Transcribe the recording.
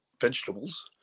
vegetables